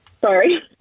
Sorry